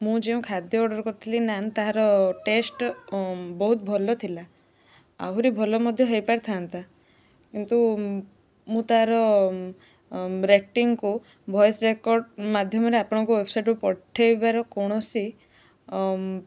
ମୁଁ ଯେଉଁ ଖାଦ୍ୟ ଅର୍ଡ଼ର୍ କରିଥିଲି ନାନ୍ ତାହାର ଟେଷ୍ଟ ବହୁତ ଭଲ ଥିଲା ଆହୁରି ଭଲ ମଧ୍ୟ ହେଇ ପାରିଥାନ୍ତା କିନ୍ତୁ ମୁଁ ତା'ର ରେଟିଙ୍ଗ୍ କୁ ଭଏସ୍ ରେକର୍ଡ଼ ମାଧ୍ୟମରେ ଆପଣଙ୍କ ୱେବ୍ସାଇଡ଼କୁ ପଠେଇବାର କୌଣସି